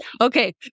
Okay